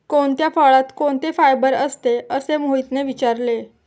कोणत्या फळात कोणते फायबर असते? असे मोहितने विचारले